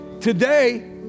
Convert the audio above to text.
today